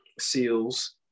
seals